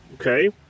okay